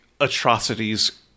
atrocities